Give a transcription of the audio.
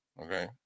Okay